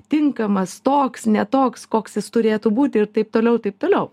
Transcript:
tinkamas toks ne toks koks jis turėtų būti ir taip toliau ir taip toliau